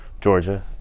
Georgia